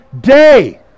day